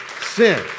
sin